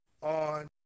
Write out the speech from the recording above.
on